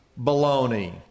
baloney